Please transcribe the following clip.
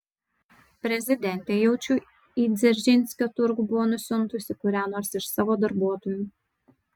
prezidentė jaučiu į dzeržinskio turgų buvo nusiuntusi kurią nors iš savo darbuotojų